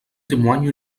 témoigne